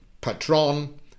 patron